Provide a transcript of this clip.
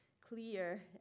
clear